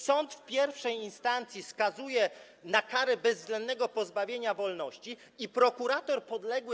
Sąd w I instancji skazuje na karę bezwzględnego pozbawienia wolności i prokurator podległy